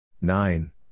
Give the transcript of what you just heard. nine